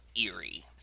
eerie